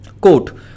Quote